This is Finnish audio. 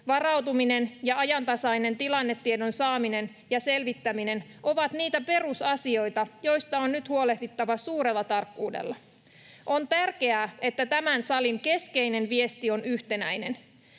varautuminen ja ajantasaisen tilannetiedon saaminen ja selvittäminen ovat niitä perusasioita, joista on nyt huolehdittava suurella tarkkuudella. On tärkeää, että tämän salin keskeinen viesti on yhtenäinen.